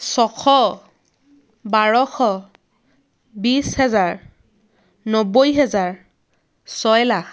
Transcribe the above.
ছশ বাৰশ বিছ হেজাৰ নব্বৈ হেজাৰ ছয় লাখ